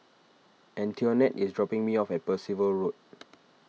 Antionette is dropping me off at Percival Road